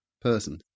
person